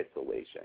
isolation